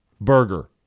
Burger